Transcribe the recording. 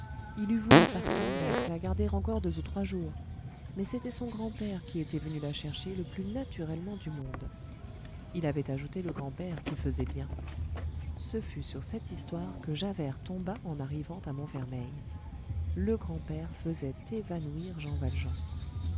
il eût voulu par tendresse la garder encore deux ou trois jours mais c'était son grand-père qui était venu la chercher le plus naturellement du monde il avait ajouté le grand-père qui faisait bien ce fut sur cette histoire que javert tomba en arrivant à montfermeil le grand-père faisait évanouir jean valjean